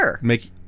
make